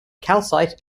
calcite